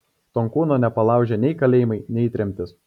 tonkūno nepalaužė nei kalėjimai nei tremtis